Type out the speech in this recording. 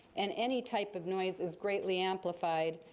and any type of noise is greatly amplified.